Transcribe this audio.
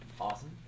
Awesome